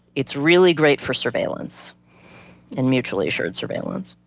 it's really great for surveillance and mutually assured surveillance.